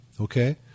okay